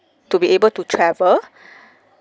to be able to travel